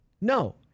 No